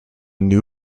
new